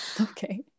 okay